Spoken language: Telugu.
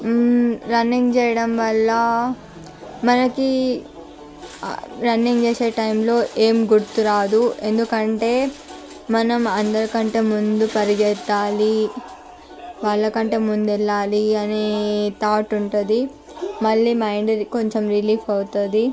రన్నింగ్ చేయడం వల్ల మనకి రన్నింగ్ చేసే టైమ్లో ఏమి గుర్తు రాదు ఎందుకంటే మనం అందరికంటే ముందు పరిగెత్తాలి వాళ్ళకంటే ముందుఎల్లాలి అనే థాట్ ఉంటుంది మళ్ళీ మైండ్ కొంచెం రిలీఫ్ అవుతుంది